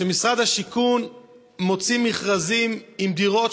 כשמשרד הבינוי והשיכון מוציא מכרזים עם דירות